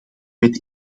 wet